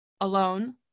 alone